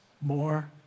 more